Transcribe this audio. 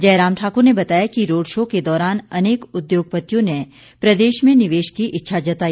जयराम ठाकुर ने बताया कि रोड़ शो के दौरान अनेक उद्योगपतियों ने प्रदेश में निवेश की इच्छा जताई